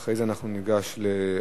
אחרי זה ניגש להצבעה.